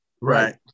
right